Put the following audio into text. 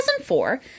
2004